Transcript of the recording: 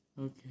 Okay